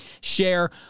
share